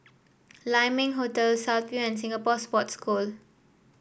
Lai Ming Hotel South View and Singapore Sports School